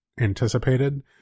anticipated